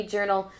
Journal